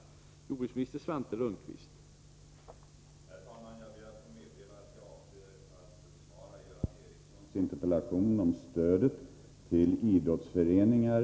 Enligt överenskommelse med interpellanterna kommer jag att lämna svaren den 9 resp. den 6 april.